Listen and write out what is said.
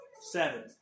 Seven